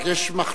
רק יש מחלוקת,